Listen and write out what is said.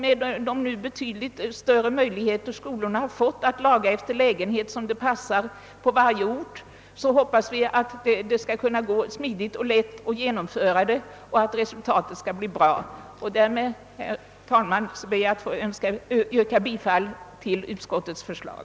Med de nu betydligt större möjligheter som skolorna har fått att ordna sina förhållanden som det är lämpligt på varje enskild ort, hoppas vi att omläggningen skall bli smidig och lätt att genomföra och att resultatet skall bli bra. Därmed, herr talman, ber jag att få yrka bifall till utskottets förslag.